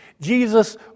Jesus